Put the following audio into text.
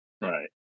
Right